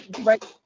right